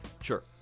Sure